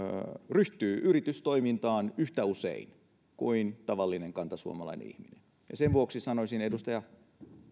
ryhtyy yritystoimintaan yhtä usein kuin tavallinen kantasuomalainen ihminen ja sen vuoksi sanoisin edustaja